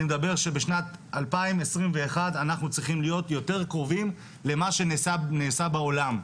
אני מדבר שבשנת 2021 אנחנו צריכים להיות יותר קרובים למה שנעשה בעולם.